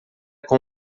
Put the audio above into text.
com